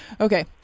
Okay